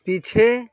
पीछे